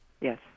Yes